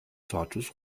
zartes